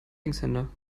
linkshänder